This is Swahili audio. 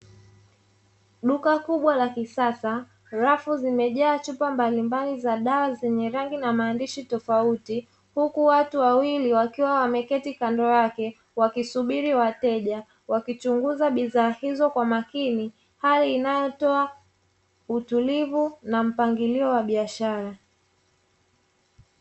Duka kubwa la kisasa rafu zimejaa chupa mbalimbali za dawa zenye rangi na maandishi tofauti, huku watu wawili wakiwa wameketi kando yake wakisubiri wateja, wakichunguza bidhaa hizo kwa makini; hali inayotoa utulivu na mpangilio wa biashara.